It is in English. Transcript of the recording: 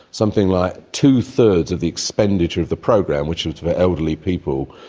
something like two-thirds of the expenditure of the program, which is for elderly people,